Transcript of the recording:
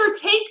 take